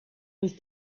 was